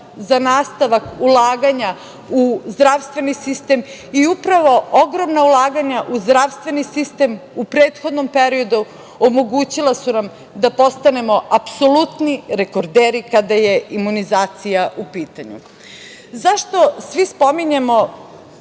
za nastavak ulaganja u zdravstveni sistem i upravo ogromna ulaganja u zdravstveni sistem u prethodnom periodu omogućila su nam da postanemo apsolutni rekorderi kada je imunizacija u pitanju.Zašto svi spominjemo